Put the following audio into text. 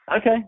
Okay